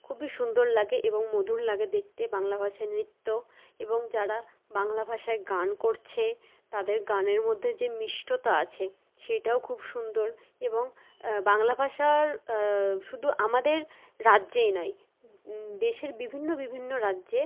খুবই সুন্দর লাগে এবং মধুর লাগে দেখতে বাংলা ভাষায় নৃত্য এবং যারা বাংলা ভাষায় গান করছে তাদের গানের মধ্যে যে মিষ্টতা আছে সেটাও খুব সুন্দর এবং বাংলা ভাষা শুধু আমাদের রাজ্যেই নয় দেশের বিভিন্ন বিভিন্ন রাজ্যে